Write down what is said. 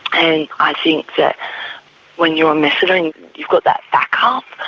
and i think that when you're on methadone you've got that backup.